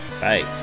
Bye